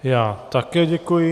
Já také děkuji.